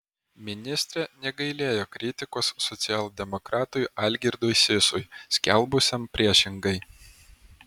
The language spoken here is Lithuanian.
ministrė negailėjo kritikos socialdemokratui algirdui sysui skelbusiam priešingai